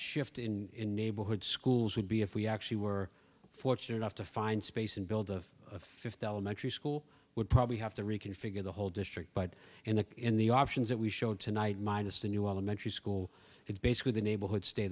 shift in neighborhoods schools would be if we actually were fortunate enough to find space and build of fifty elementary school would probably have to reconfigure the whole district but in the in the options that we showed tonight minus the new elementary school it's basically the neighborhood stay